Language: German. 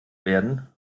werden